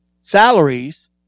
salaries